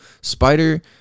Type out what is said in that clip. spider